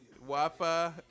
Wi-Fi